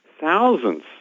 thousands